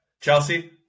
Chelsea